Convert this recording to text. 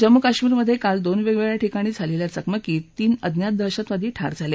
जम्मू कश्मीरमधे काल दोन वेगवेगळ्या ठिकाणी झालेल्या चकमकींमधे तीन अज्ञात दहशतवादी ठार झाले